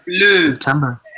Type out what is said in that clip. September